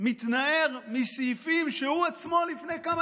מתנער מסעיפים שהוא עצמו לפני כמה